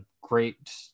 great